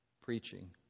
preaching